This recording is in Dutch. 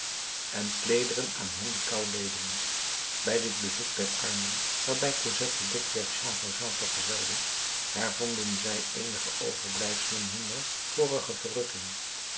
en kleederen aan hen die koû leden bij dit bezoek der armen waarbij cosette dikwerf jean valjean vergezelde hervonden zij eenige overblijfselen hunner vorige verrukking